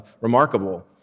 remarkable